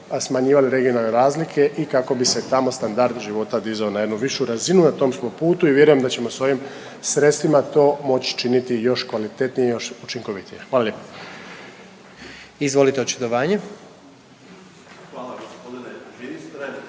smanjivali regionalne razlike i kako bi se tamo standard života dizao na jednu višu razinu. Na tom smo putu i vjerujem da ćemo sa ovim sredstvima to moći činiti još kvalitetnije, još učinkovitije. Hvala lijepo. **Jandroković, Gordan